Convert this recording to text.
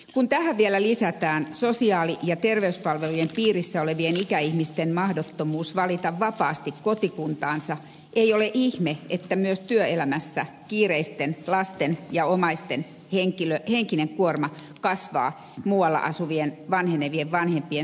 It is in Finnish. kun tähän vielä lisätään sosiaali ja terveyspalvelujen piirissä olevien ikäihmisten mahdottomuus valita vapaasti kotikuntansa ei ole ihme että myös työelämässä kiireisten lasten ja omaisten henkinen kuorma kasvaa muualla asuvien vanhenevien vanhempien sairastaessa